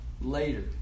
later